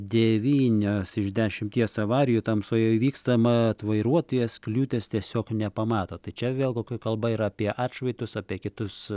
devynios iš dešimties avarijų tamsoje įvyksta mat vairuotojas kliūties tiesiog nepamato tai čia vėl kokia kalba yra apie atšvaitus apie kitus